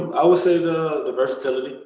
um i would say the versatility,